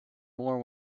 more